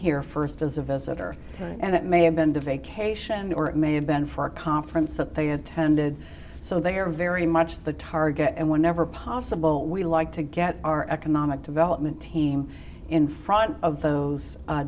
here first as a visitor and that may have been the vacation or it may have been for a conference that they attended so they are very much the target and whenever possible we like to get our economic development team in front of those